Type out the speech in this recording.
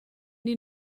die